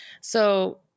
So-